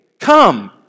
Come